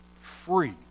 free